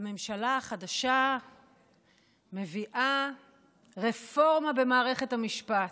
הממשלה החדשה מביאה רפורמה במערכת המשפט,